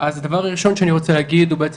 אז דבר ראשון שאני רוצה להגיד הוא בעצם